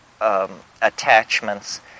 attachments